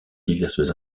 diverses